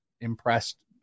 impressed